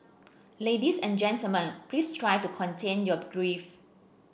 ladies and gentlemen please try to contain your grief